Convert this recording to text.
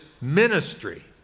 ministry